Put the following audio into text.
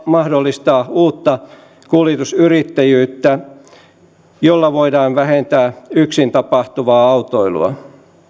mahdollistaa uutta kuljetusyrittäjyyttä jolla voidaan vähentää yksin tapahtuvaa autoilua